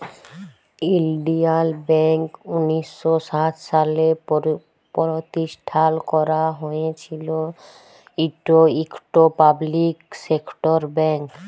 ইলডিয়াল ব্যাংক উনিশ শ সাত সালে পরতিষ্ঠাল ক্যারা হঁইয়েছিল, ইট ইকট পাবলিক সেক্টর ব্যাংক